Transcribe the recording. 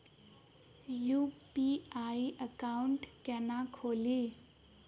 UPI account केना खोलि?